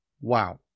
Wow